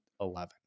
eleven